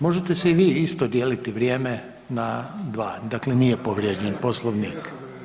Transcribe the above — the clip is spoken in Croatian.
Možete si i vi isto dijeliti vrijeme na dva, dakle nije povrijeđen Poslovnik.